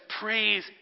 praise